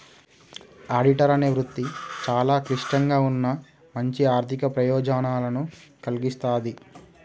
auditor అనే వృత్తి చాలా క్లిష్టంగా ఉన్నా మంచి ఆర్ధిక ప్రయోజనాలను కల్గిస్తాది